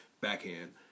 backhand